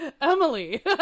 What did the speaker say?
Emily